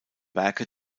werke